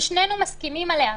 ששנינו מסכימים עליה,